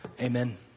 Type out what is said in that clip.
Amen